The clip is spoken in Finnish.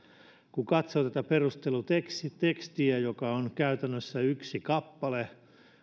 kun katsoo tätä perustelutekstiä joka on käytännössä yksi kappale